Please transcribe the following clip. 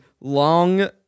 long